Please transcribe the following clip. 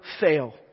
fail